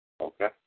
Okay